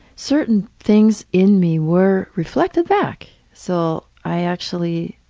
certain things in me were reflected back, so i actually